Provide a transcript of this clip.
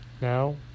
now